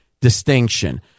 distinction